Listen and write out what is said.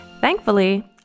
Thankfully